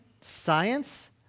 Science